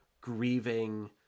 grieving